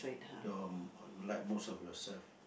your uh you like most of yourself